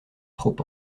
trop